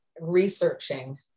researching